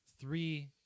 three